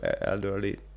elderly